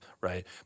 right